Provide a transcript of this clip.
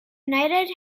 united